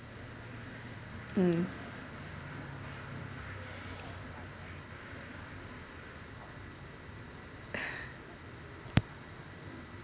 mm